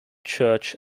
church